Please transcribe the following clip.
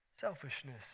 selfishness